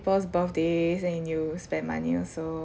birthdays and you spend money also